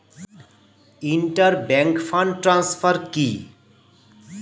Inter bank fund transfer কি?